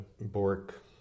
Bork